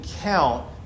count